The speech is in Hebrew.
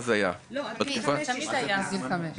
זה תמיד היה עד גיל חמש,